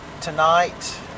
tonight